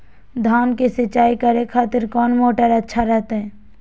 धान की सिंचाई करे खातिर कौन मोटर अच्छा रहतय?